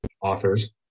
authors